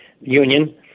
union